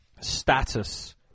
status